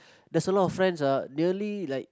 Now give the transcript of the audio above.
there's a lot of friends ah nearly like